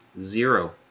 Zero